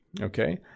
okay